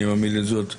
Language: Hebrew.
אני מעמיד זאת להצבעה.